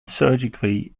surgically